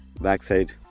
backside